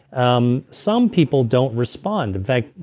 um some people don't respond. in fact,